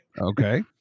Okay